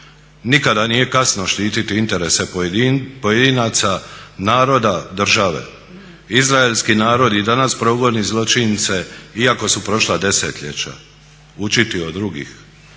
Nikada nije kasno štiti interese pojedinaca, naroda, države. Izraelski narod i danas progoni zločince iako su prošla desetljeća. Učiti od drugih,